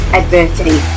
adversity